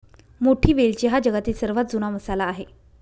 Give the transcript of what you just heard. मोठी वेलची हा जगातील सर्वात जुना मसाला आहे